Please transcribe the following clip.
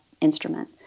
instrument